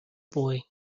boy